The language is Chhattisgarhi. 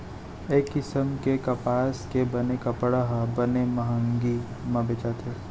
ए किसम के कपसा के बने कपड़ा ह बने मंहगी म बेचाथे